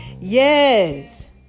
Yes